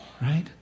right